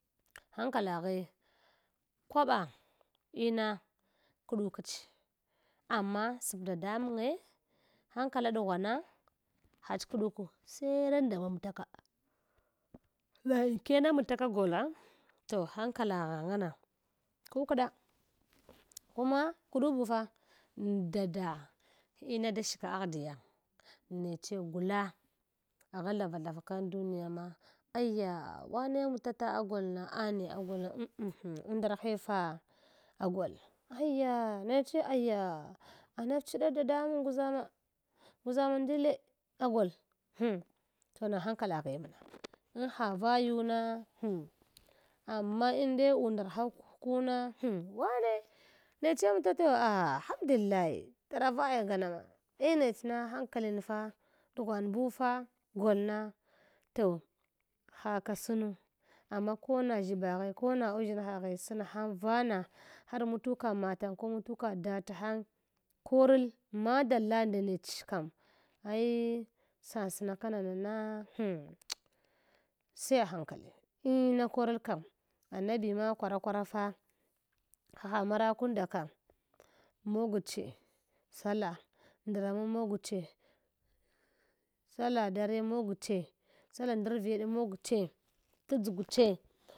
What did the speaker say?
Hankalaghe kwaɓa ina kdukch amma sap dadamange, hankla ɗughwana, hach kɗuku sai randa mamtaka na inkyene mata ka gola toh hankalagha ngama kukɗa, huma kɗu bu fa dada in dashka aghdiya neche gula agha thava thavaka an duniya na aya wane mtata agol na ane agolna undrhe fa agol aya meche aya anaf chida dadamang guʒama guʒama ndile agwal hang kana hankalaghe mna eh ha vayuna hm amma ende undarha k’kuna hiwa wane neche mtato ah hamdallai dara vaya ngama ma eh nechna hankalin fa ɗughwan bufa gol na toh haka snu amma kona ʒshiba ghe, kona uʒshin haghe sam hang vana har matuka matang ko mtuka data hang korl madalla nda nech kam ai sasnaka nana na hm sai ahankali ina korl kam annabima kwara kwara fa haha marakunda kan mog che sallah ndra ma mogche sallah dare mogche, sallah ndarvide mogche t’ dʒagche.